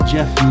Jeff